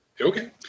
Okay